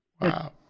Wow